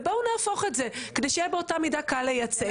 בואו נהפוך את זה כדי שיהיה באותה מידה קל לייצא.